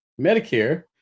Medicare